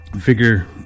figure